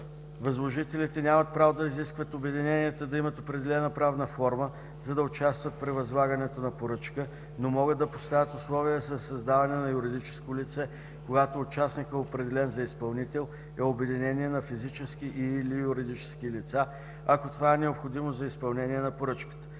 Възложителите нямат право да изискват обединенията да имат определена правна форма, за да участват при възлагането на поръчка, но могат да поставят условие за създаване на юридическо лице, когато участникът, определен за изпълнител, е обединение на физически и/или юридически лица, ако това е необходимо за изпълнение на поръчката.